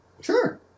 Sure